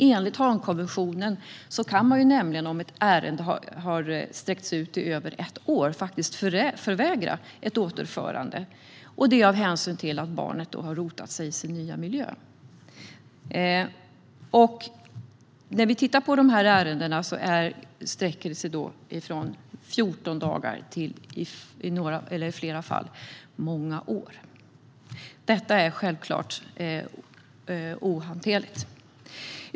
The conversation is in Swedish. Enligt Haagkonventionen kan man nämligen om ett ärende har dragit ut i över ett år faktiskt förvägra ett återförande av hänsyn till att barnet har rotat sig i sin nya miljö. När vi har tittat på dessa ärenden har vi sett att de sträcker sig från 14 dagar till i flera fall många år. Detta är självklart ohanterligt.